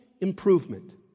improvement